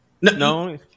No